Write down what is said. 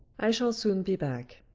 i shall soon be back.